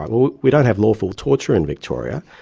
right, well we don't have lawful torture in victoria,